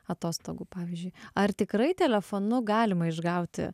atostogų pavyzdžiui ar tikrai telefonu galima išgauti